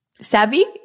Savvy